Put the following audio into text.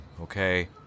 okay